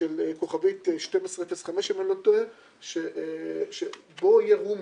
של 1205* אם אני לא טועה, שבו יהיה רומינג.